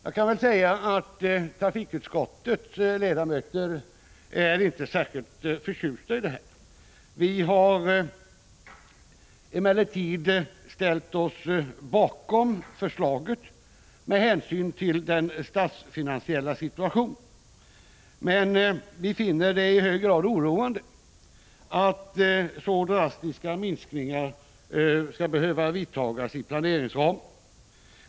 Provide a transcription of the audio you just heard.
Jag kan säga att ledamöterna i trafikutskottet inte är särskilt förtjusta i detta förslag. Vi har emellertid ställt oss bakom förslaget med hänsyn till den statsfinansiella situationen. Men vi finner det i hög grad oroande att så drastiska minskningar skall behöva vidtas i planeringsramarna.